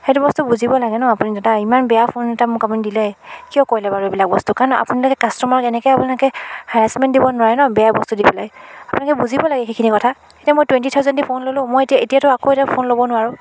সেইটো বস্তু বুজিব লাগে ন আপুনি দাদা ইমান বেয়া ফোন এটা মোক আপুনি দিলে কিয় কৰিলে বাৰু এইবিলাক বস্তু কাৰণ আপোনালাকে কাষ্টমাৰক এনেকৈ আপোনালোকে হাৰাইচমেন দিব নোৱাৰে ন বেয়া বস্তু দি পেলাই আপোনালোকে বুজিব লাগে সেইখিনি কথা এতিয়া মই টুৱেন্টী থাওজেণ্ড দি ফোন ল'লোঁ মই এতিয়া এতিয়াটো আকৌ এটা ফোন ল'ব নোৱাৰোঁ